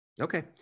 okay